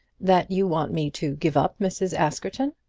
that you want me to give up mrs. askerton?